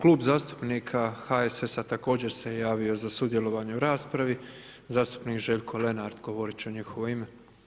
Klub zastupnika HSS-a također se javio za sudjelovanje u raspravi, zastupnik Željko Lenart govoriti će u njihovo ime.